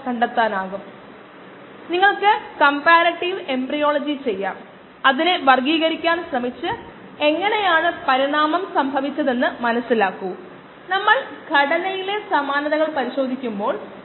കൂടാതെ ഒരു പാർട്ട് kdയുടെ മൂല്യം ഡെസിമൽ റിഡക്ഷൻ സമയത്തിന്റെ മൂല്യം എന്നിവ നമ്മൾ കണ്ടെത്തി ഇതാണ് അറിയപ്പെടുന്നത്